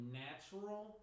natural